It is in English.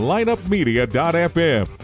LineUpMedia.fm